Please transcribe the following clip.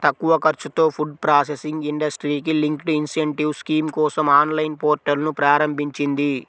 తక్కువ ఖర్చుతో food processing ఇండస్ట్రీకి లింక్డ్ ఇన్సెంటివ్ స్కీమ్ కోసం ఆన్లైన్ పోర్టల్ను ప్రారంభించింది